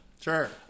Sure